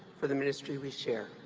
for the ministry we share.